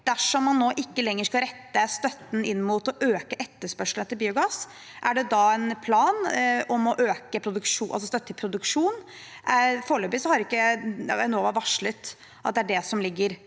Dersom man nå ikke lenger skal rette støtten inn mot å øke etterspørselen etter biogass, er det da en plan om å støtte produksjon? Foreløpig har ikke Enova varslet at det er det som ligger